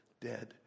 dead